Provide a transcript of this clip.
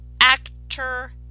actor